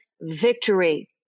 victory